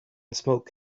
smoke